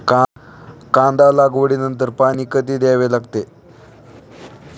कांदा लागवडी नंतर पाणी कधी द्यावे लागते?